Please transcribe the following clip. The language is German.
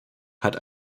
hat